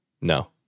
No